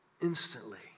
instantly